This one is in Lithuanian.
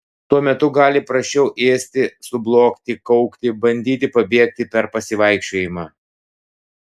tuo metu gali prasčiau ėsti sublogti kaukti bandyti pabėgti per pasivaikščiojimą